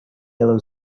yellow